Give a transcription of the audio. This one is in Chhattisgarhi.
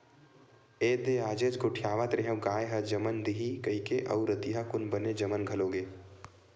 एदे आजेच गोठियावत रेहेंव गाय ह जमन दिही कहिकी अउ रतिहा कुन बने जमन घलो गे